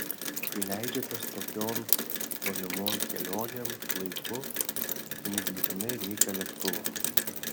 kai leidžiatės tokion tolimon kelionėn laiku jums būtinai reikia lėktuvo